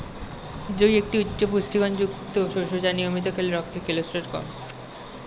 জই একটি উচ্চ পুষ্টিগুণযুক্ত শস্য যা নিয়মিত খেলে রক্তের কোলেস্টেরল কমে